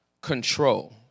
Control